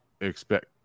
expect